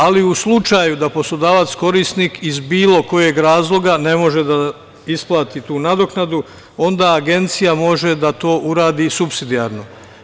Ali u slučaju da poslodavac korisnik iz bilo kojeg razloga ne može da isplati tu nadoknadu, onda Agencija može da to uradi supsidijarno.